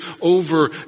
over